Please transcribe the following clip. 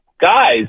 guys